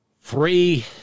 three